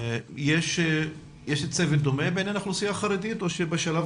יש צוות דומה באוכלוסייה החרדית או שבשלב